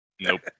Nope